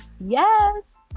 Yes